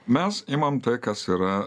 mes imam tai kas yra